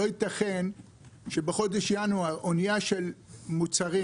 לא ייתכן שבחודש ינואר אנייה של 15,000 טון עם מוצרים